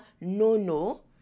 no-no